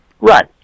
Right